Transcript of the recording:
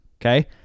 okay